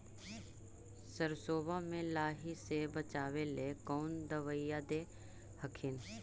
सरसोबा मे लाहि से बाचबे ले कौन दबइया दे हखिन?